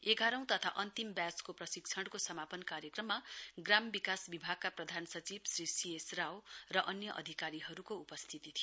एघारौं तथा अन्तिम व्याचको प्रशिक्षणको समापन कार्यक्रममा ग्राम विकास विभागका प्रधान सचिव श्री सीएस राव र अन्य अधिकारीहरूको उपस्थिति थियो